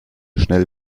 schnell